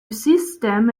système